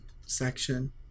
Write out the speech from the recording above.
section